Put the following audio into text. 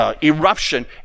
eruption